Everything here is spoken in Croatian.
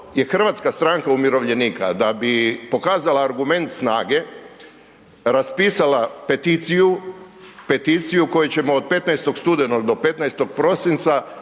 Hrvatska stranka umirovljenika da bi pokazala argument snage raspisala peticiju, peticiju koju ćemo od 15. studenog do 15. prosinca